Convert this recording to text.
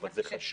אבל זה חשוב,